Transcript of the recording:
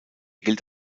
gilt